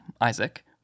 Isaac